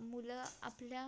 मुलं आपल्या